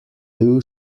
two